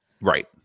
Right